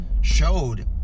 showed